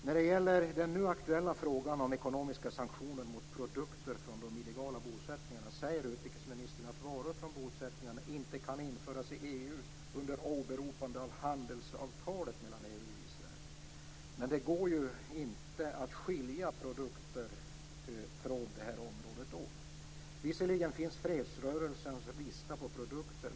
När det gäller den nu aktuella frågan om ekonomiska sanktioner mot produkter från de illegala bosättningarna säger utrikesministern, under åberopande av handelsavtalet mellan EU och Israel, att varor från bosättningarna inte kan införas i EU. Men det går inte att skilja produkter från det här området åt. Visserligen finns fredsrörelsens lista på produkter.